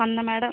அந்த மேடம்